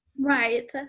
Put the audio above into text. Right